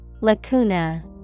Lacuna